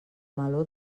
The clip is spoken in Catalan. meló